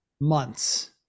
months